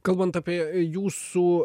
kalbant apie jūsų